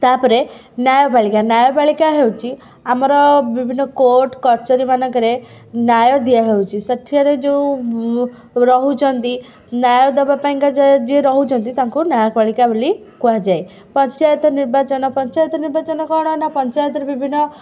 ତା'ପରେ ନ୍ୟାୟପାଳିକା ନ୍ୟାୟପାଳିକା ହେଉଛି ଆମର ବିଭିନ୍ନ କୋର୍ଟ କଚେରୀମାନଙ୍କରେ ନ୍ୟାୟ ଦିଆ ହେଉଛି ସେଥେରେ ଯେଉଁ ରହୁଛନ୍ତି ନ୍ୟାୟ ଦେବା ପାଇଁକା ଯିଏ ରହୁଛନ୍ତି ତାଙ୍କୁ ନ୍ୟାୟପାଳିକା ବୋଲି କୁହାଯାଏ ପଞ୍ଚାୟତ ନିର୍ବାଚନ ପଞ୍ଚାୟତ ନିର୍ବାଚନ କ'ଣ ନା ପଞ୍ଚାୟତରେ ବିଭିନ୍ନ